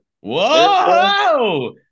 Whoa